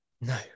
No